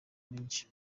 menshi